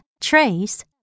trace